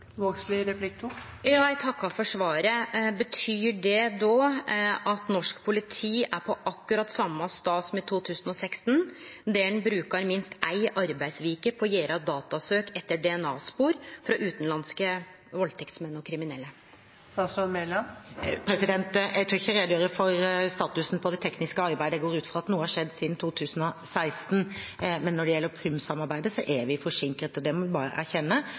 for svaret. Betyr det då at norsk politi er på akkurat same staden som i 2016, at ein brukar minst ei arbeidsveke på å gjere datasøk etter DNA-spor frå utanlandske valdtektsmenn og kriminelle? Jeg tør ikke redegjøre for statusen på det tekniske arbeidet. Jeg går ut fra at noe har skjedd siden 2016. Men når det gjelder Prüm-samarbeidet, er vi forsinket, det må vi bare erkjenne.